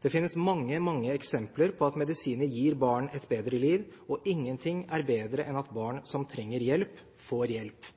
Det finnes mange eksempler på at medisiner gir barn et bedre liv. Ingenting er bedre enn at barn som trenger hjelp, får hjelp.